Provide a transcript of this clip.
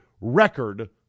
record